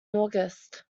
august